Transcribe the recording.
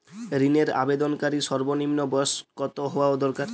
ঋণের আবেদনকারী সর্বনিন্ম বয়স কতো হওয়া দরকার?